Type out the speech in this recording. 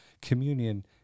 communion